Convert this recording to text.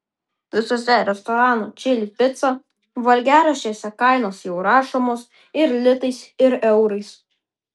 visuose restoranų čili pica valgiaraščiuose kainos jau rašomos ir litais ir eurais